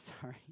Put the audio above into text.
sorry